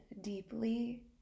deeply